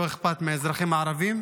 לא אכפת מהאזרחים הערבים,